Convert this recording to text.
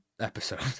episode